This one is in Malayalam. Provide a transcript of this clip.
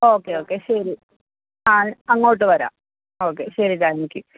ഓക്കെ ഓക്കെ ശരി ആ അങ്ങോട്ട് വരാം ഓക്കെ ശരി താങ്ക്യൂ